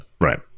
Right